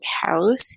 house